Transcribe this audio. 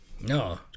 No